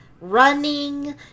running